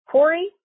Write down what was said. Corey